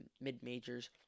mid-majors